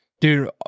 dude